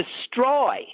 destroy